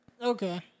Okay